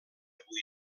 avui